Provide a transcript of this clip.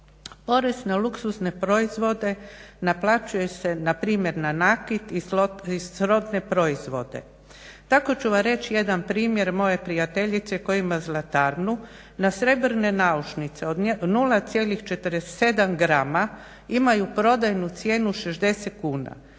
Porez na luksuzne proizvode naplaćuje se npr. na nakit i srodne proizvode. Tako ću vam reći jedan primjer moje prijateljice koja ima zlatarnu, na srebrne naušnice od 0,47 grama imaju prodajnu cijenu 60 kuna,